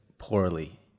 poorly